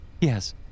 Yes